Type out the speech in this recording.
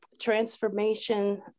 transformation